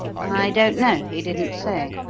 i don't know he didn't say.